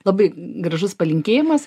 labai gražus palinkėjimas